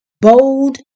bold